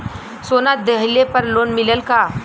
सोना दहिले पर लोन मिलल का?